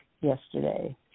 yesterday